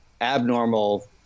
abnormal